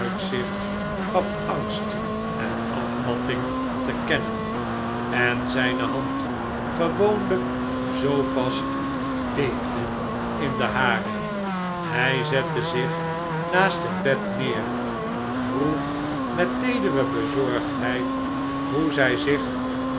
uitzicht gaf angst en afmatting te kennen en zijne hand gewoonlijk zoo vast beefde in de hare hij zette zich naast het bed neer vroeg met teedere bezorgdheid hoe zij zich